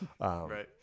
Right